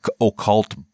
occult